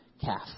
calf